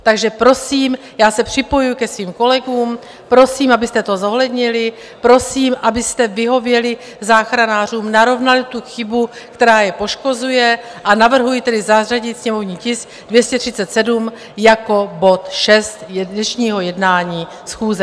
Takže prosím, já se připojuji ke svým kolegům, prosím, abyste to zohlednili, prosím, abyste vyhověli záchranářům, narovnali tu chybu, která je poškozuje, a navrhuji tedy zařadit sněmovní tisk 237 jako bod 6 dnešního jednání schůze.